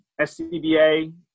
SCBA